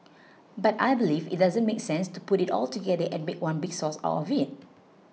but I believe it doesn't make sense to put it all together and make one big sauce out of it